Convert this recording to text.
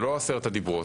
זה לא עשרת הדיברות.